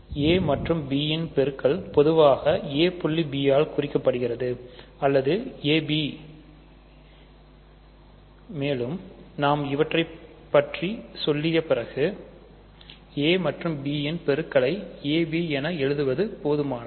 a மற்றும் b இன் பெருக்கல் பொதுவாக a புள்ளி b ஆல் குறிக்கப்படுகிறது அல்லது ab மேலும் நாம் இவற்றைப் பற்றி சொல்லிய பிறகு a மற்றும் b இன் பெருக்களை ab என எழுதுவது போதுமானது